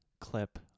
clip